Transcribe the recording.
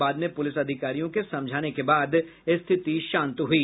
बाद में प्रलिस अधिकारियों के समझाने के बाद स्थिति शांत हुई